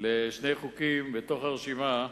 לשני חוקים ברשימה.